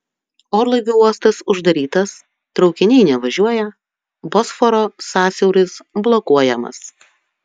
orlaivių uostas uždarytas traukiniai nevažiuoja bosforo sąsiauris blokuojamas